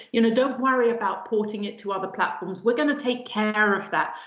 you know don't worry about porting it to other platforms. we're gonna take care of that.